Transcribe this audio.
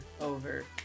over